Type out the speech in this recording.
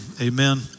Amen